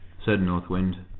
said north wind.